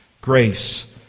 grace